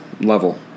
level